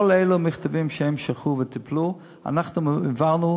את כל המכתבים שהם שלחו וטיפלו אנחנו העברנו,